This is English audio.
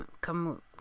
come